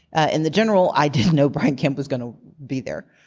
ah in the general, i didn't know brian kemp was going to be there.